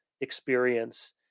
experience